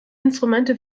instrumente